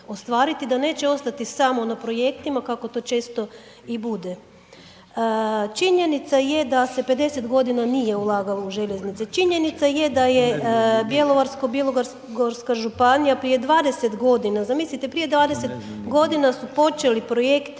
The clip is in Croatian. ostvariti, da neće ostati samo na projektima kako to često i bude. Činjenica je da se 50 godina nije ulagalo u željeznice. Činjenica je da je Bjelovarsko-bilogorska županija prije 20 godina, zamislite, prije 20 g. su počeli projekt